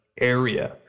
area